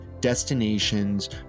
destinations